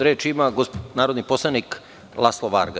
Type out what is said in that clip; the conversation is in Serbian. Reč ima narodni poslanik Laslo Varga.